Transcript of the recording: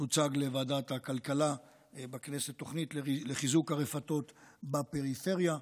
תוצג לוועדת הכלכלה של הכנסת תוכנית לחיזוק הרפתות בפריפריה.